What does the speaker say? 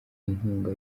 inkunga